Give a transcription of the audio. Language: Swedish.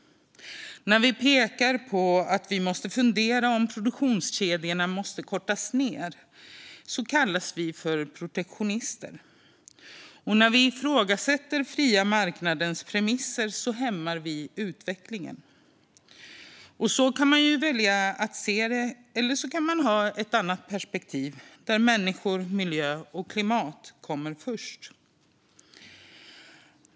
När vi pekar på att vi måste fundera på om produktionskedjorna måste kortas ned kallas vi för protektionister. Och när vi ifrågasätter den fria marknadens premisser hämmar vi utvecklingen. Så kan man välja att se det - eller så kan man ha ett annat perspektiv där människor, miljö och klimat kommer först.